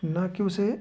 न कि उसे